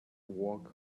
walk